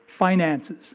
finances